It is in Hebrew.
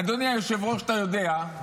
אדוני היושב-ראש, אתה יודע,